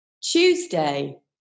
Tuesday